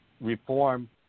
reform